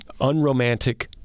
unromantic